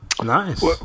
Nice